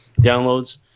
downloads